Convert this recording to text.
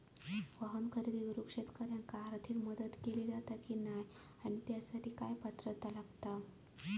वाहन खरेदी करूक शेतकऱ्यांका आर्थिक मदत दिली जाता की नाय आणि त्यासाठी काय पात्रता लागता?